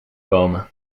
komen